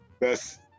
best